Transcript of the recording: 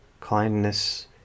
Kindness